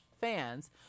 fans